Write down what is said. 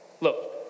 Look